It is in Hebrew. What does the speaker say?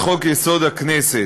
כחברה מתוקנת,